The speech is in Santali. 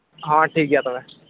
ᱦᱮᱸ ᱴᱷᱤᱠᱜᱮᱭᱟ ᱛᱚᱵᱮ